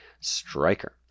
striker